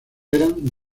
eran